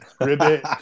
Ribbit